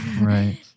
Right